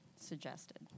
suggested